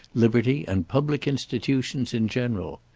liberty, and public institutions in general.